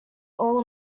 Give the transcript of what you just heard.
all